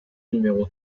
numéro